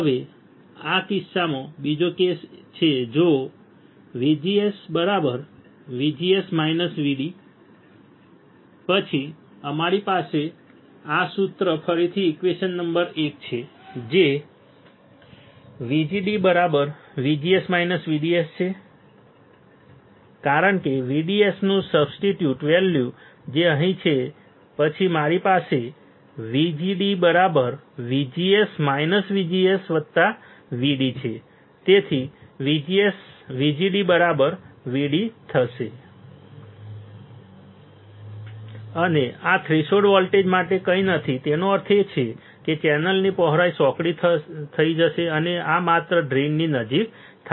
હવે આ કિસ્સામાં આ બીજો કેસ છે જો VGS VGS VD પછી અમારી પાસે આ સૂત્ર ફરીથી ઈક્વેશન નંબર એક છે જે VGDVGS VDS કારણ કે VDS નું સબસ્ટિટ્યૂટ વૅલ્યુ જે અહીં છે પછી મારી પાસે VGD VGS VGS VD તેથી VGD VD અને આ થ્રેશોલ્ડ વોલ્ટેજ માટે કંઈ નથી તેનો અર્થ એ છે કે ચેનલની પહોળાઈ સાંકડી થઈ જશે અને આ માત્ર ડ્રેઇનની નજીક થાય છે